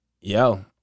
Yo